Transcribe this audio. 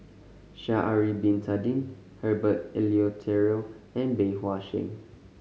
Sha'ari Bin Tadin Herbert Eleuterio and Bey Hua Heng